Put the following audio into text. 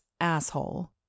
asshole